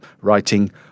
writing